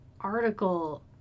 article